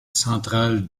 centrale